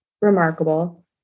remarkable